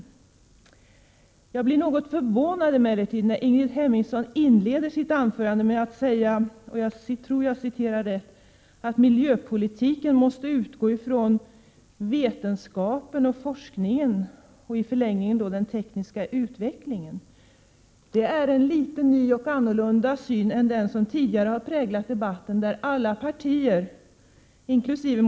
Jag blev emellertid något förvånad över att Ingrid Hemmingsson inledde sitt anförande med att säga, om jag nu minns rätt, att man i miljöpolitiken måste utgå från vetenskapen och forskningen och i en förlängning den tekniska utvecklingen. Det är väl en ny syn och en i viss mån annan syn än den som tidigare har präglat debatten. Såvitt jag förstår har alla partier, inkl.